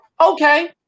Okay